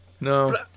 no